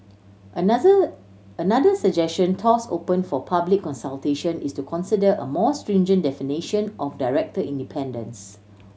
another another suggestion toss open for public consultation is to consider a more stringent definition of director independence